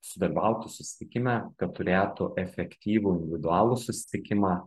sudalyvauti susitikime kad turėtų efektyvų individualų susitikimą